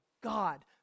God